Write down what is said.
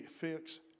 fix